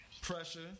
Pressure